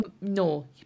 no